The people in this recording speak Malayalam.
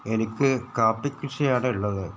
എനിക്ക് കാപ്പിക്കൃഷിയാണുള്ളത്